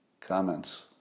comments